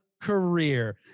career